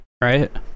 right